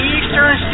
Eastern